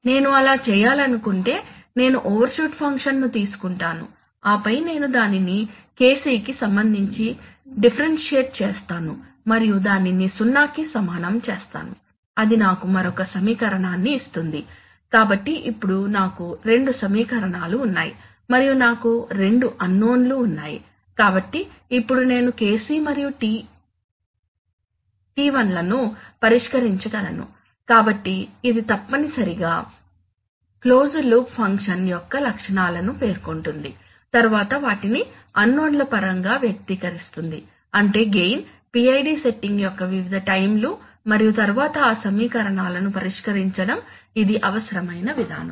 నేను అలా చేయాలనుకుంటే నేను ఓవర్షూట్ ఫంక్షన్ను తీసుకుంటాను ఆపై నేను దానిని Kcకి సంబంధించి డిఫరెన్షియేట్ చేస్తాను మరియు దానిని సున్నాకి సమానం చేస్తాను అది నాకు మరొక సమీకరణాన్ని ఇస్తుంది కాబట్టి ఇప్పుడు నాకు రెండు సమీకరణాలు ఉన్నాయి మరియు నాకు రెండు అన్నోన్ లు ఉన్నాయి కాబట్టి ఇప్పుడు నేను KC మరియు TI లను పరిష్కరించగలను కాబట్టి ఇది తప్పనిసరిగా క్లోజ్డ్ లూప్ ఫంక్షన్ యొక్క లక్షణాలను పేర్కొంటుంది తరువాత వాటిని అన్నోన్ ల పరంగా వ్యక్తీకరిస్తుంది అంటే గెయిన్ PID సెట్టింగ్ యొక్క వివిధ టైం లు మరియు తరువాత ఆ సమీకరణాలను పరిష్కరించడం ఇది అవసరమైన విధానం